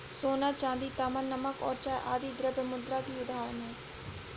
सोना, चांदी, तांबा, नमक और चाय आदि द्रव्य मुद्रा की उदाहरण हैं